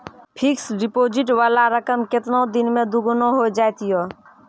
Fixed deposit वाला रकम केतना दिन मे दुगूना हो जाएत यो?